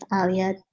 Alia